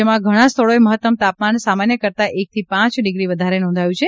રાજ્યમાં ઘણા સ્થળોએ મહત્તમ તાપમાન સામાન્ય કરતાં એકથી પાંચ ડિગ્રી વધારે નોંધાયું છે